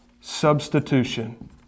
substitution